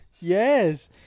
yes